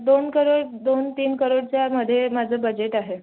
दोन करोड दोन तीन करोडच्यामध्ये माझं बजेट आहे